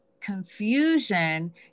confusion